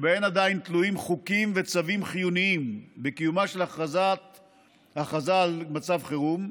שבהן עדיין תלויים חוקים וצווים חיוניים בקיומה של הכרזה על מצב חירום,